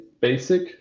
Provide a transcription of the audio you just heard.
basic